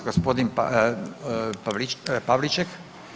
Gospodin Pavliček.